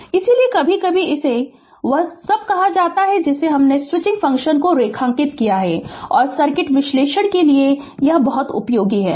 Refer Slide Time 2458 इसलिए कभी कभी इसे वह सब कहा जाता है जिसे हमने स्विचिंग फ़ंक्शन को रेखांकित किया है और सर्किट विश्लेषण के लिए बहुत उपयोगी है